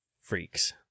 freaks